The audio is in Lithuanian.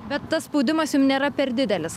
bet tas spaudimas jum nėra per didelis